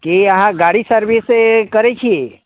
की अहाँ गाड़ी सर्विस करै छी